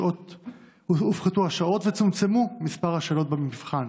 הופחתו השעות וצומצם מספר השאלות במבחן.